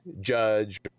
judge